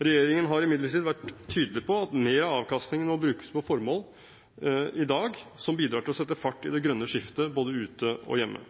Regjeringen har imidlertid vært tydelig på at mer av avkastningen må brukes på formål i dag som bidrar til å sette fart i det grønne skiftet både ute og hjemme.